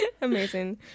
Amazing